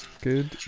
good